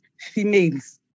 females